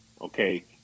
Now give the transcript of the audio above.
okay